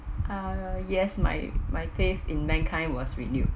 uh yes my my faith in mankind was renewed